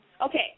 Okay